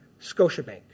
Scotiabank